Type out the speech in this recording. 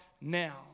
now